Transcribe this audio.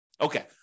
Okay